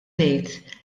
ngħid